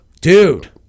Dude